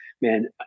man